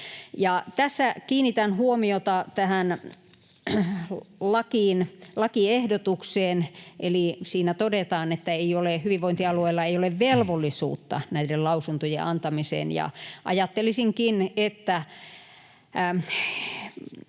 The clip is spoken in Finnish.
Tässä kiinnitän huomiota siihen, että tässä lakiehdotuksessa todetaan, että hyvinvointialueilla ei ole velvollisuutta näiden lausuntojen antamiseen. Ajattelisinkin, että